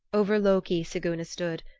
over loki siguna stood,